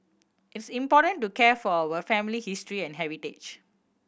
it's important to care for our family history and heritage